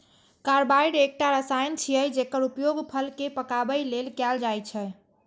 carbide एकटा रसायन छियै, जेकर उपयोग फल कें पकाबै लेल कैल जाइ छै